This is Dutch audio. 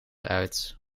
uit